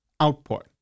output